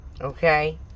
Okay